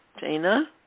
Dana